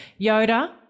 Yoda